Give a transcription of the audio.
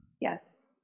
Yes